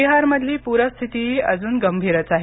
बिहार मधली पूरस्थितीही अजून गंभीरच आहे